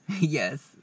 Yes